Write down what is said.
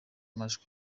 amajwi